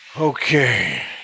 Okay